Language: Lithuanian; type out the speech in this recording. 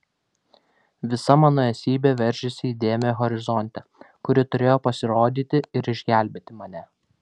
visa mano esybė veržėsi į dėmę horizonte kuri turėjo pasirodyti ir išgelbėti mane